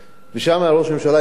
שם ראש הממשלה אימץ